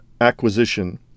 acquisition